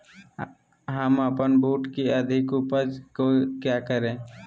हम अपन बूट की अधिक उपज के क्या करे?